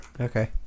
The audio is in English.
Okay